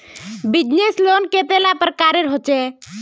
Business loan कतेला प्रकारेर होचे?